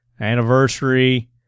anniversary